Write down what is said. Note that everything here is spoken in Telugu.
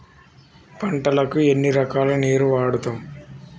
పంటలకు ఎన్ని రకాల నీరు వాడుతం?